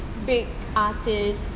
big artist